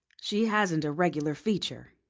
she hasn't a regular feature.